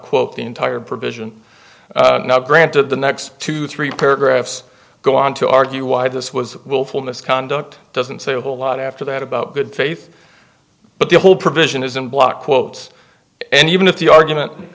quote the entire provision now granted the next two three paragraphs go on to argue why this was willful misconduct doesn't say a whole lot after that about good faith but the whole provision is in block quotes and even if the